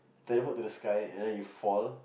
teleport to the sky and then you fall